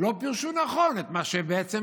לא פירשו נכון את מה שבעצם